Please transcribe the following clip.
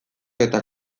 eta